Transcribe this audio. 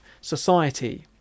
society